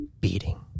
beating